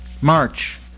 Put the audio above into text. March